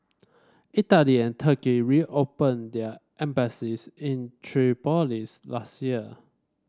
Italy and Turkey reopened their embassies in Tripoli's last year